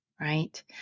Right